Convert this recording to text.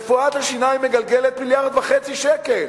רפואת השיניים מגלגלת 1.5 מיליארד שקל.